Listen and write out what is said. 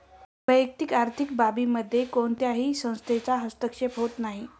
वैयक्तिक आर्थिक बाबींमध्ये कोणत्याही संस्थेचा हस्तक्षेप होत नाही